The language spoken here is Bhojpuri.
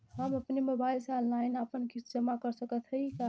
हम अपने मोबाइल से ऑनलाइन आपन किस्त जमा कर सकत हई का?